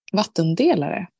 vattendelare